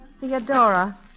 Theodora